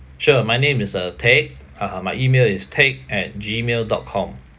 sure my name is uh teck uh my email is teck at gmail dot com